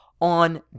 on